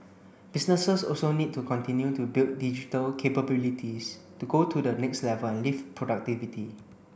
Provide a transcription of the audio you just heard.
businesses also need to continue to build digital capabilities to go to the next level and lift productivity